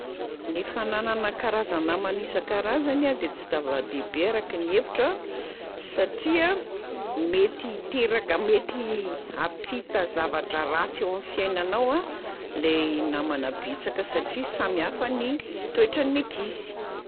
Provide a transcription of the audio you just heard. Ny fananana karaza-namana isan-karazany a de tsy dava-dehibe araky ny hevitro a satria mety hiteraka- mety hampitanzavatra ratsy eo am'fiainanao lay namana betsaka satria samy hafa ny toetran'ny ankizy.